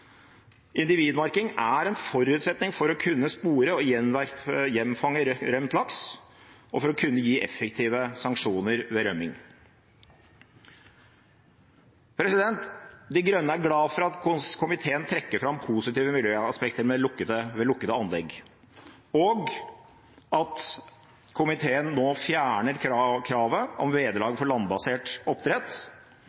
Individmerking er en forutsetning for å kunne spore og gjenfange rømt laks og for å kunne gi effektive sanksjoner ved rømning. De Grønne er glad for at komiteen trekker fram positive miljøaspekter ved lukkede anlegg, og at komiteen nå fjerner kravet om vederlag for landbasert oppdrett.